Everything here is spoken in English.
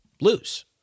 lose